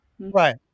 Right